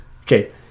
Okay